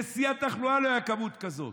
בשיא התחלואה לא הייתה כמות כזאת.